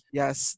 yes